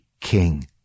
king